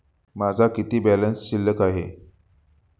माझा किती बॅलन्स शिल्लक आहे?